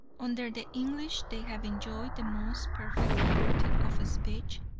under the english they have enjoyed the most perfect liberty of speech